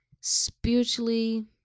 spiritually